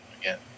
again